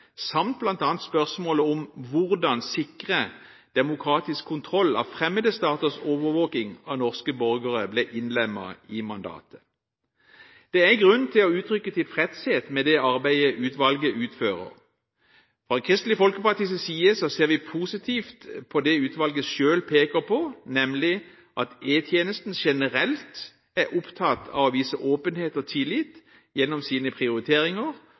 samt bl.a. spørsmålet om hvordan man sikrer demokratisk kontroll av fremmede staters overvåking av norske borgere ble innlemmet i mandatet. Det er grunn til å uttrykke tilfredshet med det arbeidet utvalget utfører. Fra Kristelig Folkepartis side ser vi positivt på det utvalget selv peker på, nemlig at E-tjenesten generelt er opptatt av å vise åpenhet og tillit gjennom sine prioriteringer